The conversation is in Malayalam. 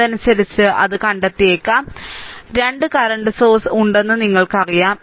അതനുസരിച്ച് അത് കണ്ടെത്തിയേക്കാം നിലവിലെ 2 ഉറവിടങ്ങൾ ഉണ്ടെന്ന് നിങ്ങൾക്കറിയാം